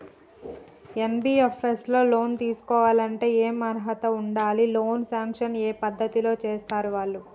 NBFS లో loan తీస్కోవాలంటే ఏం అర్హత ఉండాలి? లోన్ సాంక్షన్ ఏ పద్ధతి లో చేస్తరు వాళ్లు?